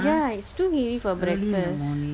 ya it's too heavy for breakfast